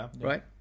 right